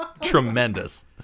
Tremendous